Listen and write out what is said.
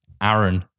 Aaron